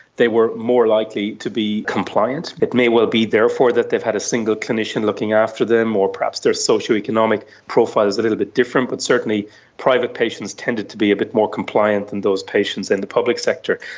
they were more likely to be compliant. it may well be therefore that they've had a single clinician looking after them, or perhaps their socioeconomic profile is a little bit different, but certainly private patients tended to be a bit more compliant than those patients in the public sector.